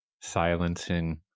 silencing